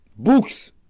Books